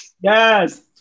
Yes